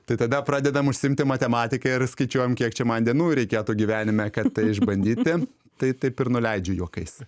tai tada pradedam užsiimti matematika ir skaičiuojam kiek čia man dienų reikėtų gyvenime kad tai išbandyti tai taip ir nuleidžiu juokais